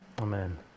Amen